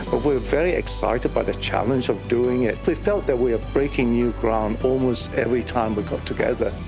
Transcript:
ah we were very excited by the challenge of doing it. we felt that we were ah breaking new ground almost every time we got together.